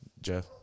Jeff